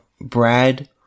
Brad